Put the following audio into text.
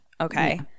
okay